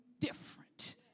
different